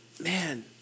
man –